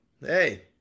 hey